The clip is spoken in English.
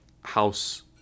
house